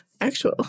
actual